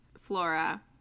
flora